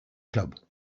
club